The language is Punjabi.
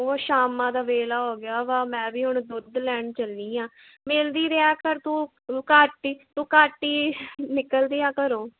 ਉਹ ਸ਼ਾਮ ਦਾ ਵੇਲਾ ਹੋ ਗਿਆ ਵਾ ਮੈਂ ਵੀ ਹੁਣ ਦੁੱਧ ਲੈਣ ਚੱਲੀ ਹਾਂ ਮਿਲਦੀ ਰਿਹਾ ਕਰ ਤੂੰ ਘੱਟ ਤੂੰ ਘੱਟ ਹੀ ਨਿਕਲਦੀ ਆ ਘਰੋਂ